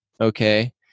okay